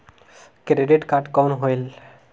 Credit card कौन होएल?